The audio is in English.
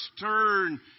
turn